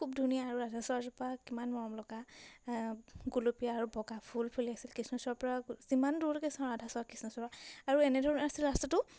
খুব ধুনীয়া আৰু ৰাধাচূড়াজোপা কিমান মৰমলগা গুলপীয়া আৰু বগা ফুল ফুলি আছিল কৃষ্ণচূড়াৰপৰা যিমান দূৰকৈ চাওঁ ৰাধাচূড়া কৃষ্ণচূড়া আৰু এনেধৰণৰ আছিল ৰাস্তাটো